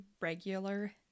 regular